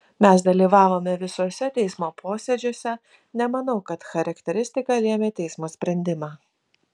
mes dalyvavome visuose teismo posėdžiuose nemanau kad charakteristika lėmė teismo sprendimą